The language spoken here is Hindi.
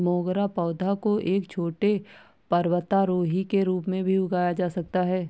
मोगरा पौधा को एक छोटे पर्वतारोही के रूप में भी उगाया जा सकता है